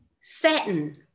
Satin